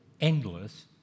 endless